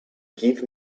give